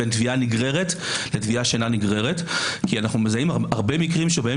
בין תביעה נגררת לתביעה שאינה נגררת כי אנחנו מזהים הרבה מקרים שבהם